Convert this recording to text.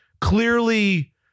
Clearly